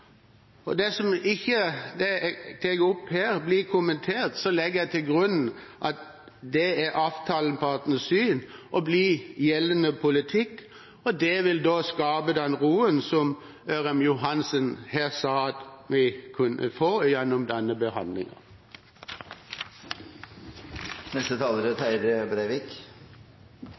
prosess? Og dersom ikke det jeg tar opp her, blir kommentert, legger jeg til grunn at det er avtalepartnernes syn og blir gjeldende politikk, og at det da vil skape den roen som Ørmen Johnsen her sa at vi kunne få gjennom denne